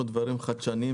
התשלומים,